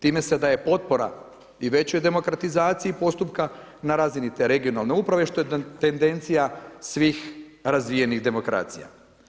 Time se daje potpora i većoj demokratizaciji postupka na razini te regionalne uprave što je tendencija svih razvijenih demokracija.